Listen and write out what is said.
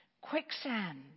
Quicksand